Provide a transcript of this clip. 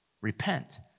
Repent